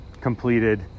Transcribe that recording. completed